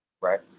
Right